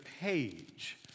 page